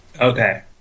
Okay